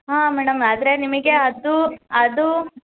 ಹಾಂ ಮೇಡಮ್ ಆದರೆ ನಿಮಗೆ ಅದು ಅದು